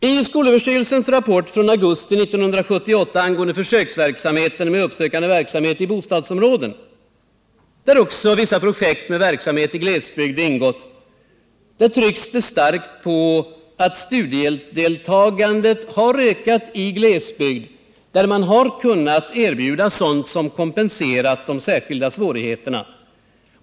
I skolöverstyrelsens rapport från augusti 1978 angående försöksverksamheten med uppsökande verksamhet i bostadsområden, där också vissa projekt med verksamhet i glesbygd ingått, trycks det starkt på att studiedeltagandet ökat i glesbygden när man kunnat erbjuda sådant som kompenserat de särskilda svårigheterna.